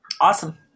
Awesome